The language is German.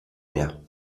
mehr